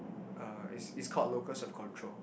uh it's it's called locus of control